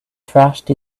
thrashed